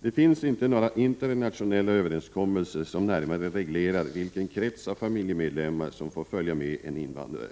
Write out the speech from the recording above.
Det finns inte några internationella överenskommelser som närmare reglerar vilken krets av familjemedlemmar som får följa med en invandrare.